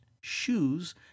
shoes